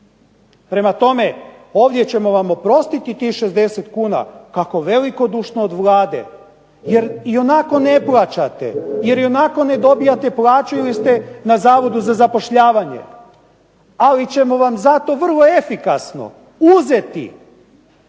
Prema tome, ovdje ćemo vam oprostiti tih 60 kuna, kako velikodušno od Vlade, jer i onako ne plaćate, jer i onako ne dobijate plaće ili sta na Zavodu za zapošljavanje, ali ćemo vam zato vrlo efikasno uzeti